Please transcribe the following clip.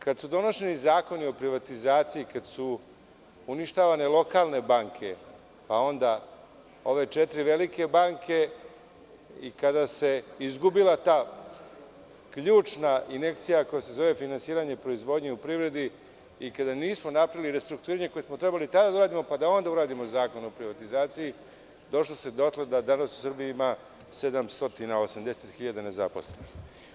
Kada su donošeni zakoni o privatizaciji kada su uništavane lokalne banke, pa onda i ove četiri velike banke i kada se izgubila ta ključna injekcija koja se zove finansiranje proizvodnje u privredi i kada nismo napravili restrukturiranje u privredi, koje smo trebali tada da uredimo, pa onda da uradimo Zakon o privatizaciji, došlo se dotle da danas u Srbiji ima 780.000 nezaposlenih.